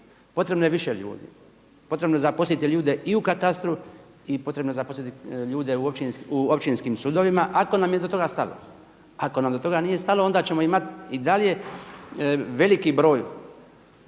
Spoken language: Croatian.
Potrebno je više ljudi, potrebno je zaposliti ljude i u katastru i potrebno je zaposliti ljude u općinskim sudovima ako nam je do toga stalo. Ako nam do toga nije stalo onda ćemo imati i dalje veliki broj